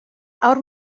haur